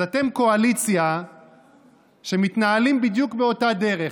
אז אתם קואליציה שמתנהלת בדיוק באותה דרך.